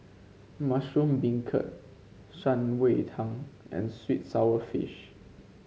Mushroom Beancurd Shan Rui Tang and sweet sour fish